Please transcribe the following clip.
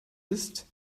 ist